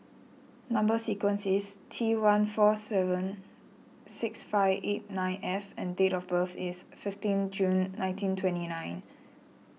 Number Sequence is T one four seven six five eight nine F and date of birth is fifteen June nineteen twenty nine